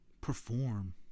perform